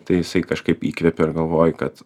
tai jisai kažkaip įkvepia ir galvoji kad